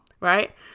right